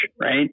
right